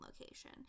location